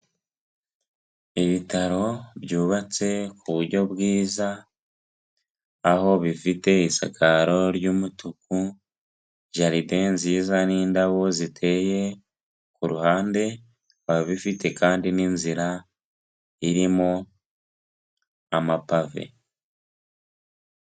Ibitaro byubatse ku buryo bwiza aho bifite isakaro ry'umutuku, jaride nziza n'indabo ziteye ku ruhande, bikaba bifite kandi n'inzira irimo amapave.